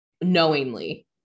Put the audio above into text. knowingly